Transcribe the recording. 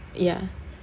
ya